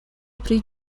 pri